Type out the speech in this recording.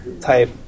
type